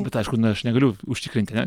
bet aišku na aš negaliu užtikrinti ne